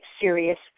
serious